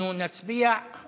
אנחנו נצביע על